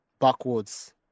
backwards